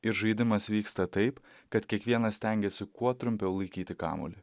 ir žaidimas vyksta taip kad kiekvienas stengiasi kuo trumpiau laikyti kamuolį